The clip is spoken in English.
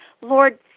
Lord